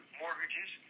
mortgages